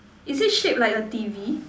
is it shape like a T_V